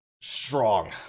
Strong